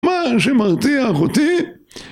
משהו שמרתיח אותי?